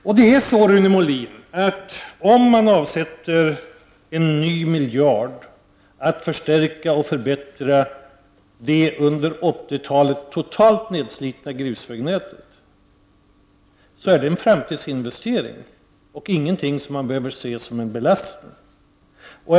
Om man avsätter ytterligare 1 miljard kronor till att förstärka och förbättra det under 1980-talet totalt nedslitna grusvägnätet, så är det faktiskt fråga om en framtidsinvestering och ingenting som skall uppfattas som en belastning.